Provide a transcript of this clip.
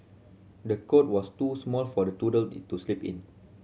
the cot was too small for the toddler to sleep in